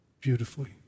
beautifully